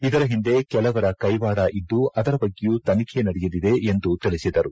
ಇದರ ಹಿಂದೆ ಕೆಲವರ ಕೈವಾಡ ಇದ್ದು ಅದರ ಬಗ್ಗೆಯೂ ತನಿಖೆ ನಡೆಯಲಿದೆ ಎಂದು ತಿಳಿಸಿದರು